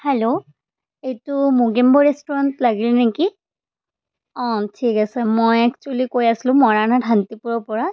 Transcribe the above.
hello এইটো Mugambo restaurant লাগিলে নেকি অঁ ঠিক আছে মই একচুৱেলি কৈ আছিলোঁ মৰানাথ শান্তিপুৰৰ পৰা